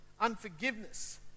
unforgiveness